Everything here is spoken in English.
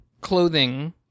clothing